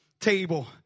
table